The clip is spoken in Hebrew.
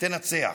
תנצח.